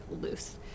loose